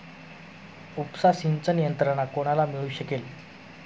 उपसा सिंचन यंत्रणा कोणाला मिळू शकेल?